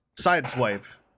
sideswipe